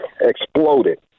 exploded